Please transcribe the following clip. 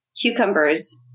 cucumbers